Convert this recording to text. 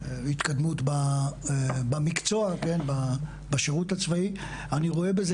התקדמות במקצוע, כן בשירות הצבאי אני רואה בזה